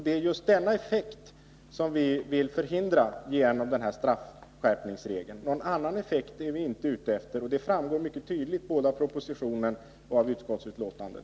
Det är just denna effekt vi vill förhindra genom den här straffskärpningsregeln. Någon annan effekt är vi inte ute efter. Det framgår mycket tydligt både av propositionen och av utskottsbetänkandet.